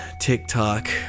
TikTok